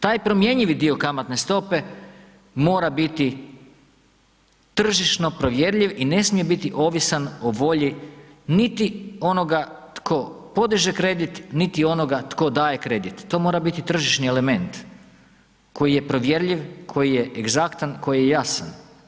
Taj promjenjivi dio kamatne stope mora biti tržišno provjerljiv i ne smije biti ovisan o volji niti onoga tko podiže kredit, niti onoga tko daje kredit, to mora biti tržišni element koji je provjerljiv, koji je egzaktan koji je jasan.